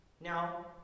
Now